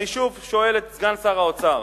אני שוב שואל את סגן שר האוצר: